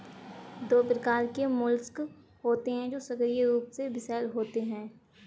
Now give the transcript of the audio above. दो प्रकार के मोलस्क होते हैं जो सक्रिय रूप से विषैले होते हैं